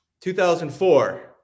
2004